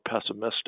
pessimistic